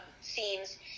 scenes